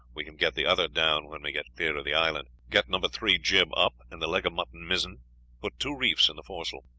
we can get the other down when we get clear of the island. get number three jib up, and the leg of mutton mizzen put two reefs in the foresail.